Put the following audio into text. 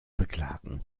beklagen